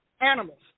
animals